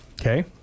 okay